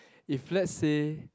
if let's say